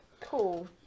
cool